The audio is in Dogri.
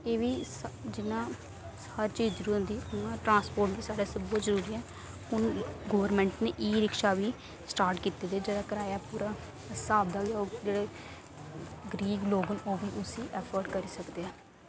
एह् बी जिन्ना हर चीज जरुरी होंदी उ'आं ट्रांसपोर्ट बी साढ़े आस्तै बहुत जरुरी ऐ हुन गोरमैंट नेईं रिक्शा बी स्टार्ट कीते दे जेह्दा कराया पूरा स्हाब दा गै होग जेह्ड़े गरीब लोग न ओह् बी उसी अफ्फोर्ड करी सकदे ऐं